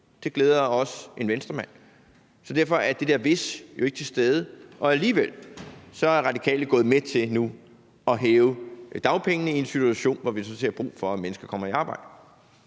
det glæder også en Venstremand. Så derfor er det der »hvis« jo ikke til stede. Og alligevel er Radikale gået med til nu at hæve dagpengene i en situation, hvor vi sådan set har brug for, at mennesker kommer i arbejde.